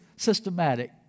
systematic